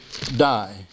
die